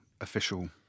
official